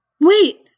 Wait